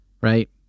right